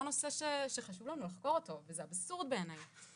נושא שחשוב לנו לחקור אותו וזה אבסורד בעינינו.